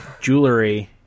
jewelry